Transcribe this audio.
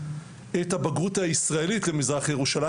את הבגרות הישראלית למזרח ירושלים.